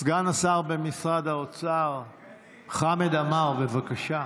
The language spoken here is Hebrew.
סגן השר במשרד האוצר חמד עמאר, בבקשה.